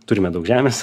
turime daug žemės